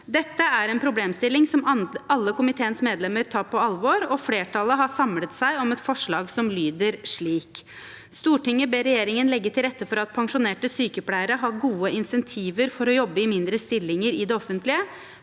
Dette er en problemstilling som alle komiteens medlemmer tar på alvor, og flertallet har samlet seg om et forslag som lyder slik: «Stortinget ber regjeringen legge til rette for at pensjonerte sykepleiere har gode insentiver for å jobbe i mindre stillinger i det offentlige,